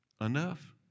enough